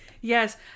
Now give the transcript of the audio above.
Yes